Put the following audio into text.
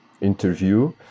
interview